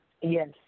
Yes